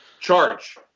Charge